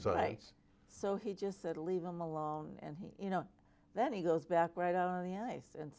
so right so he just said leave him alone and he you know then he goes back right on the ice and